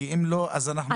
כי אם לא נפצל.